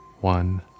one